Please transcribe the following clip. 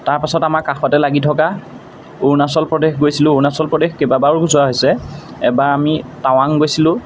তাৰপাছত আমাৰ কাষতে লাগি থকা অৰুণাচল প্ৰদেশ গৈছিলোঁ অৰুণাচল প্ৰদেশ কেইবাবাৰো যোৱা হৈছে এবাৰ আমি টাৱাং গৈছিলোঁ